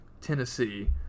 Tennessee